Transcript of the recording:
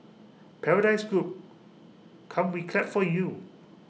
paradise group come we clap for you